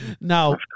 Now